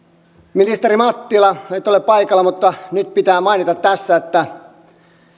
ministeri mattila et ole paikalla mutta nyt pitää mainita tässä että